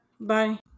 Bye